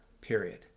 Period